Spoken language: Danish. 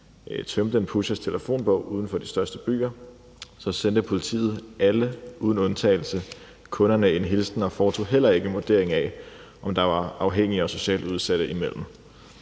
tømte en pushers telefonbog uden for de største byer, sendte alle kunderne, og det var uden undtagelse, en hilsen og foretog heller ikke en vurdering af, om der var afhængige og socialt udsatte imellem.